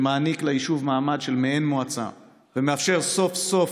שמעניק ליישוב מעמד של מעין מועצה ומאפשר סוף-סוף,